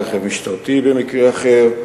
רכב משטרתי במקרה אחר,